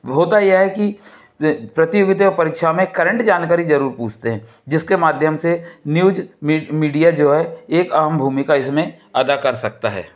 होता ये है कि प्रतियोगिता परीक्षाओं में करंट जानकारी जरूर पूछते हैं जिसके माध्यम से न्यूज़ मीडिया जो है एक अहम भूमिका इसमें अदा कर सकता है